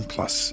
Plus